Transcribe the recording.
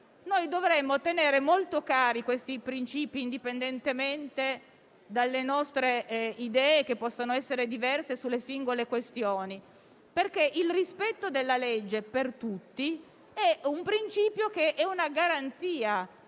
dovremmo tenere molto cari questi principi, indipendentemente dalle nostre idee, che possono essere diverse sulle singole questioni, perché il rispetto della legge è un principio di garanzia